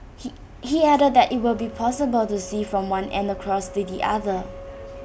he he added that IT will be possible to see from one end across to the other